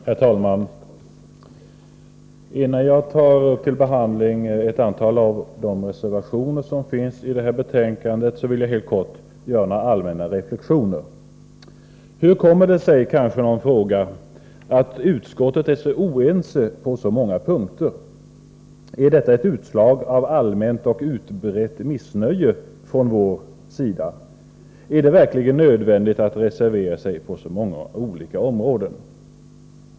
Herr talman! Innan jag tar upp till behandling ett antal av de reservationer som fogats vid betänkandet vill jag helt kort göra några allmänna reflexioner. Hur kommer det sig, kanske någon frågar, att utskottet är oense på så många punkter? Är det ett utslag av allmänt och utbrett missnöje från vår sida? Är det verkligen nödvändigt att reservera sig på så många olika områden?